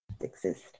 exist